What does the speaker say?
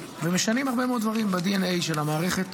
ומשנים הרבה מאוד דברים בדנ"א של המערכת,